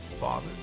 father